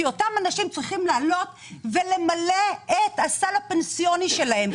כי אותן נשים צריכות למלא את הסל הפנסיוני שלהן.